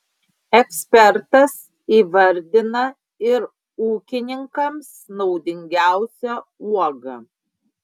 ekspertas įvardina ir ūkininkams naudingiausią uogą